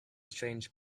strange